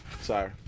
Sorry